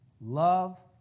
love